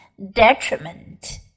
detriment